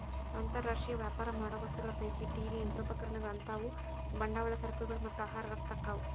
ಅಂತರ್ ರಾಷ್ಟ್ರೇಯ ವ್ಯಾಪಾರ ಮಾಡೋ ವಸ್ತುಗಳ ಪೈಕಿ ಟಿ.ವಿ ಯಂತ್ರೋಪಕರಣಗಳಂತಾವು ಬಂಡವಾಳ ಸರಕುಗಳು ಮತ್ತ ಆಹಾರ ರಫ್ತ ಆಕ್ಕಾವು